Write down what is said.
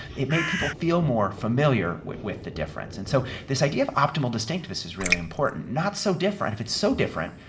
it made people feel more familiar with with the difference. and so this idea of optimal distinctive is really important. not so different if it's so different,